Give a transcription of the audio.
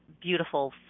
beautiful